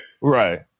Right